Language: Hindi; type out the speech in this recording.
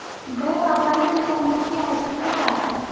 वेब आधारित ई कॉमर्स की आवश्यकता क्या है?